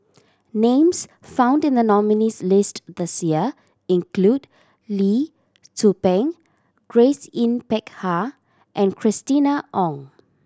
names found in the nominees' list this year include Lee Tzu Pheng Grace Yin Peck Ha and Christina Ong